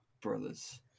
brothers